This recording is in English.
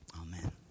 Amen